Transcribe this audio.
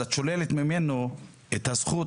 את שוללת ממנו את הזכות.